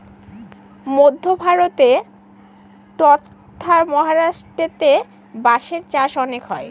মধ্য ভারতে ট্বতথা মহারাষ্ট্রেতে বাঁশের চাষ অনেক হয়